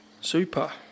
Super